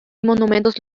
monumentos